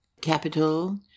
Capital